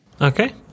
Okay